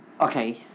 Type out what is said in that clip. Okay